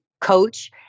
coach